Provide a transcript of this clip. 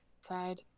Side